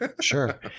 sure